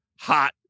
hot